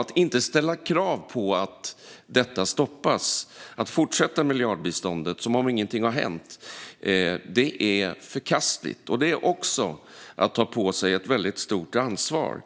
Att inte ställa krav på att detta stoppas, att fortsätta miljardbiståndet som om ingenting har hänt, är förkastligt. Det är också att ta på sig ett stort ansvar.